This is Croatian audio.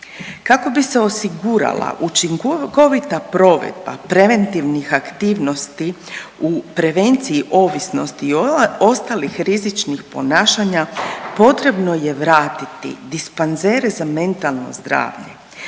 Kako bi se osigurala učinkovita provedba preventivnih aktivnosti u prevenciji ovisnosti i ostalih rizičnih ponašanja potrebno je vratiti dispanzere za metalno zdravlje.